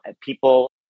people